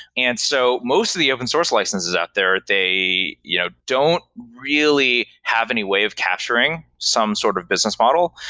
and so most of the open source licenses out there, they you know don't really have any way of capturing some sort of business model,